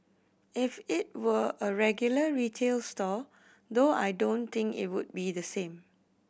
if it were a regular retail store though I don't think it would be the same